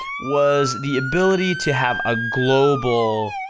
was the ability to have a global,